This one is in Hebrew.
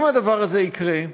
אם הדבר הזה יקרה,